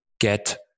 get